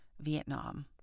Vietnam